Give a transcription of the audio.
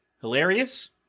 hilarious